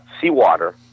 seawater